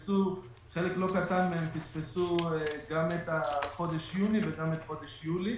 חלק לא קטן מהם פספסו גם את חודש יוני וגם את חודש יולי.